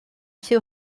too